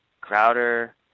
Crowder